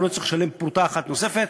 הוא לא צריך לשלם פרוטה אחת נוספת.